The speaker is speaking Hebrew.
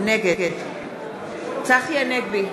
נגד צחי הנגבי,